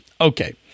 okay